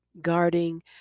guarding